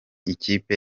ikipe